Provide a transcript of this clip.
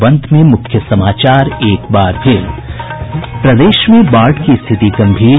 और अब अंत में मुख्य समाचार प्रदेश में बाढ़ की स्थिति गम्भीर